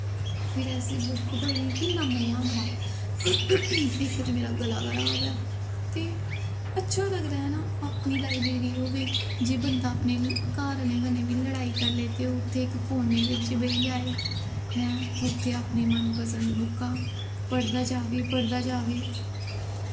फिर ऐसे बुक पढ़ें किन्ना मज़ा होंदा इक ते मेरा गला खराब ऐ ते अच्छा लगदा ऐ ना अपनी लाईब्रेरी होए जे बंदा अपने घर आह्लें कन्नै बी लड़ाई करी लै ते उत्थें इक कोनें बिच्च बेही जाए हैं उत्थें अपनी मनपसंद बुक्कां पढ़दा जावे पढ़दा जावे